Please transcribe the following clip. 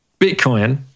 Bitcoin